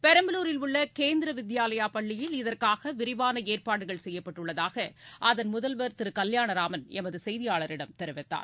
பெரம்பூலுரில் உள்ள கேந்திரா வித்யாலயா பள்ளியில் இதற்காக விரிவான ஏற்பாடுகள் செய்யப்பட்டுள்ளதாக அகன் முதல்வர் திரு கல்யாணராமன் எமது செய்தியாளரிடம் தெரிவித்தார்